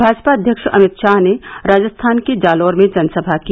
भाजपा अध्यक्ष अमित शाह ने राजस्थान के जालौर में जनसभा की